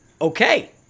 Okay